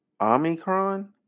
Omicron